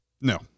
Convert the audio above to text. No